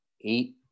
eight